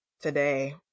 today